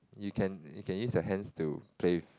you can you can use your hands to play with